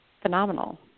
phenomenal